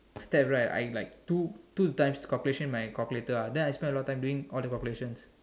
step right I like do two times calculations in my calculator ah then I spend a lot of time doing all the calculations